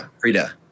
Frida